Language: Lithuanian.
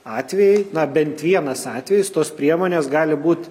atvejai na bent vienas atvejis tos priemonės gali būt